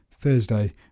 Thursday